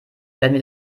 werden